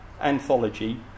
anthology